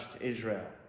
Israel